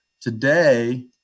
Today